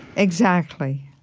exactly.